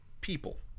people